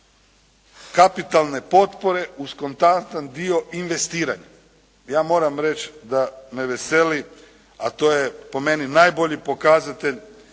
kapitalne potpore, uz konstantan dio investiranja. Ja moram reći da me veseli, a to je po meni najbolji pokazatelj